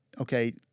okay